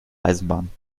eisenbahn